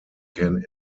can